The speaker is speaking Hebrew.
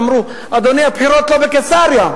אמרו: אדוני, הבחירות לא בקיסריה.